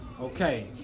Okay